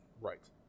Right